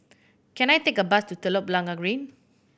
can I take a bus to Telok Blangah Green